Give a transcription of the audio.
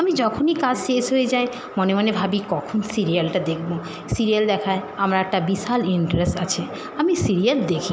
আমি যখনই কাজ শেষ হয়ে যায় মনে মনে ভাবি কখন সিরিয়ালটা দেখবো সিরিয়াল দেখায় আমার একটা বিশাল ইন্টারেস্ট আছে আমি সিরিয়াল দেখি